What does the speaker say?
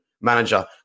manager